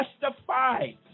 justified